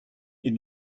est